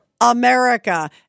America